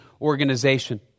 organization